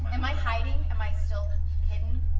am i hiding? am i still hidden?